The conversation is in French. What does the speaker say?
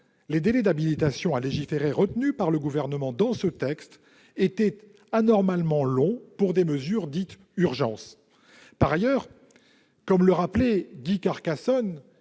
les délais d'habilitation à légiférer retenus par le Gouvernement dans ce texte étaient anormalement longs pour des mesures dites « d'urgence ». Par ailleurs, Guy Carcassonne